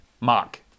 Mark